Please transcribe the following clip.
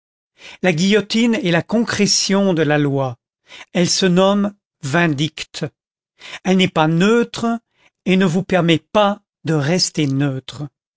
la guillotine est la concrétion de la loi elle se nomme vindicte elle n'est pas neutre et ne vous permet pas de rester neutre